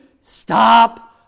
Stop